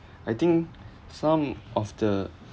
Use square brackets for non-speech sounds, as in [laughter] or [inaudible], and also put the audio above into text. I think [noise] some of the